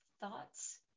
thoughts